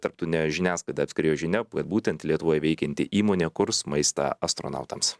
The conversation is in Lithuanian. tarptautinę žiniasklaidą apskriejo žinia kad būtent lietuvoje veikianti įmonė kurs maistą astronautams